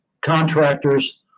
contractors